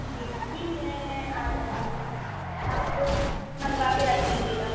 जी ठीक है मैं आ जाऊँगी आप मँगवा के रख लीजिएगा